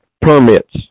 permits